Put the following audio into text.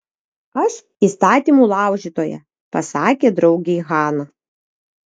aš įstatymų laužytoja pasakė draugei hana